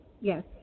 Yes